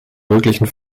möglichen